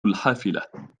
الحافلة